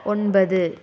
ஒன்பது